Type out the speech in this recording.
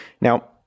Now